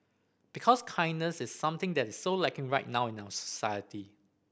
because kindness is something that is so lacking right now in our society